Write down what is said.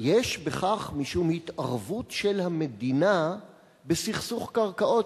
יש בכך משום התערבות של המדינה בסכסוך קרקעות,